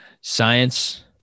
Science